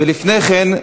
ולפני כן,